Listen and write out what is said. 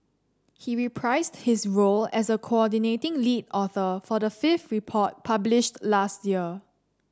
he reprised his role as a coordinating lead author for the fifth report published last year